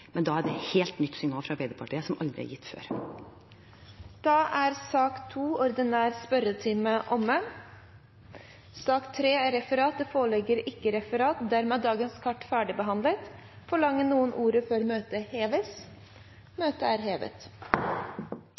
Men det er noe helt nytt for meg, fra Arbeiderpartiet, som aldri har vært gjort før. Da er sak nr. 2, den ordinære spørretimen, ferdigbehandlet. Det foreligger ikke noe referat. Dermed er sakene på dagens kart ferdigbehandlet. Forlanger noe ordet før møtet heves?